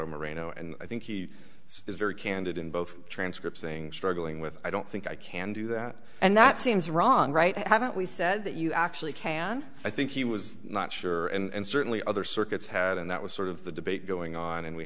merino and i think he was very candid in both transcripts saying struggling with i don't think i can do that and that seems wrong right haven't we said that you actually can i think he was not sure and certainly other circuits had and that was sort of the debate going on and we